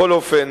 בכל אופן,